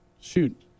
shoot